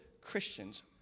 Christians